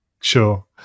Sure